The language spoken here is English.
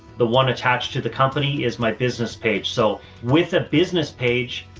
the one attached to the company is my business page. so with a business page,